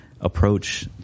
approach